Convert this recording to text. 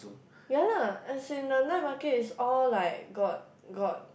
ya lah as in the night market is all like got got